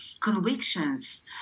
convictions